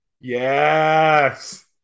Yes